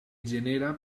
genera